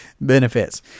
benefits